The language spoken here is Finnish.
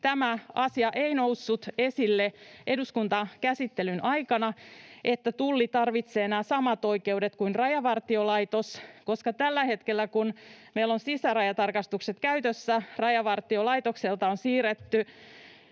tämä asia ei noussut esille eduskuntakäsittelyn aikana, se, että Tulli tarvitsee nämä samat oikeudet kuin Rajavartiolaitos, koska tällä hetkellä, kun meillä on sisärajatarkastukset käytössä, Rajavartiolaitokselta on siirretty